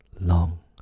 long